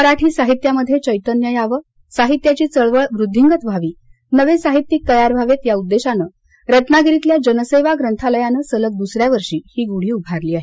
मराठी साहित्यामध्ये चैतन्य यावं साहित्याची चळवळ वृद्धिंगत व्हावी नवे साहित्यिक तयार व्हावेत या उद्देशानं रत्नागिरीतल्या जनसेवा ग्रंथालयानं सलग द्सऱ्या वर्षी ही गूढी उभारली आहे